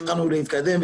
התחלנו להתקדם.